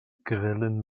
grillen